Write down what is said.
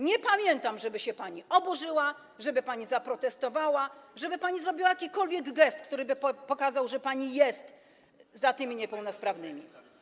Nie pamiętam, żeby się pani oburzyła, żeby pani zaprotestowała, żeby pani zrobiła jakikolwiek gest, który by pokazał, że pani jest za tymi niepełnosprawnymi.